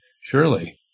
surely